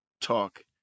talk